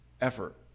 effort